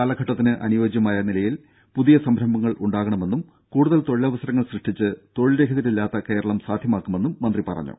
കാലഘട്ടത്തിനനുയോജ്യമായ നിലയിൽ പുതിയ സംരംഭങ്ങൾ ഉണ്ടാവണമെന്നും കൂടുതൽ തൊഴിലവസരങ്ങൾ സൃഷ്ടിച്ച് തൊഴിൽ രഹിതരില്ലാത്ത കേരളം സാധ്യമാക്കുമെന്നും മന്ത്രി പറഞ്ഞു